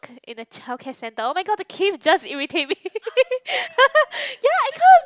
in a childcare centre oh-my-god the kids just irritate me ya i can't